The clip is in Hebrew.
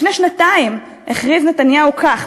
לפני שנתיים הכריז נתניהו כך,